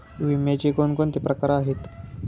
विम्याचे कोणकोणते प्रकार आहेत?